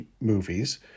movies